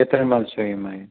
केतिरे में अची वेंदो एम आई